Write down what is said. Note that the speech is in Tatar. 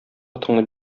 атыңны